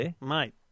Mate